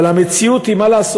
אבל המציאות היא, מה לעשות,